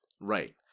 Right